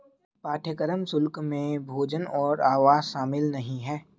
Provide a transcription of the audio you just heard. पाठ्यक्रम शुल्क में भोजन और आवास शामिल नहीं है